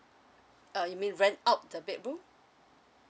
uh you mean rent out the bedroom